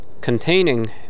containing